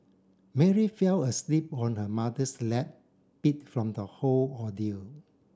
Mary fell asleep on her mother's lap beat from the whole ordeal